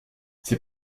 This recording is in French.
ses